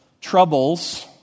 troubles